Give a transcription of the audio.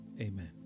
amen